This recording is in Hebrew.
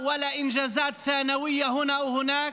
הקמתה של מדינת פלסטין לצד מדינת ישראל.)